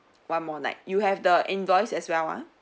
one more night you have the invoice as well ah